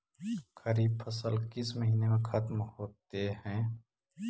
खरिफ फसल किस महीने में ख़त्म होते हैं?